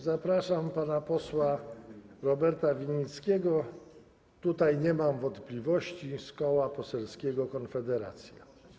Zapraszam pana posła Roberta Winnickiego - tutaj nie mam wątpliwości - z Koła Poselskiego Konfederacja.